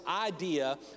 idea